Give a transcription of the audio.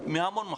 מהמון מחלות.